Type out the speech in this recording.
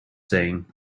saying